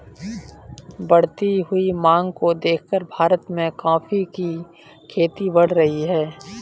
बढ़ती हुई मांग को देखकर भारत में कॉफी की खेती बढ़ रही है